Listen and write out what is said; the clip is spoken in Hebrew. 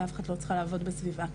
ואף אחת לא צריכה לעבוד בסביבה כזאת.